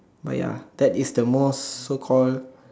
but ya that is the most so called